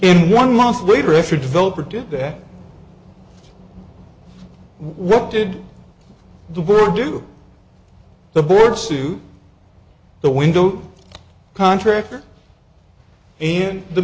in one month later after a developer did that what did the world do with the boards to the window contractor and the